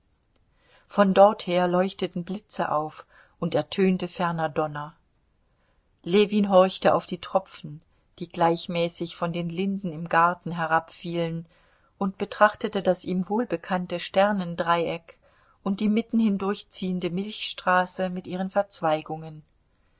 von dorther leuchteten blitze auf und ertönte ferner donner ljewin horchte auf die tropfen die gleichmäßig von den linden im garten herabfielen und betrachtete das ihm wohlbekannte sternendreieck und die mitten hindurch ziehende milchstraße mit ihren verzweigungen